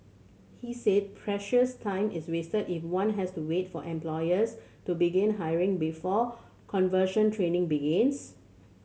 he said precious time is wasted if one has to wait for employers to begin hiring before conversion training begins